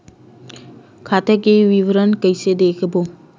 खाता के विवरण कइसे देखबो?